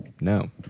No